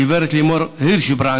גברת לימור הירשברנד,